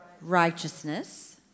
Righteousness